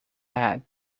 head